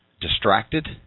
distracted